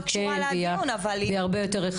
היא לא קשורה לדיון אבל היא משלימה.